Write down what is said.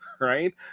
right